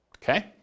Okay